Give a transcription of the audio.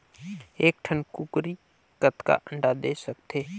एक ठन कूकरी कतका अंडा दे सकथे?